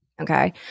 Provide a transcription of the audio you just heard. okay